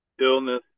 illness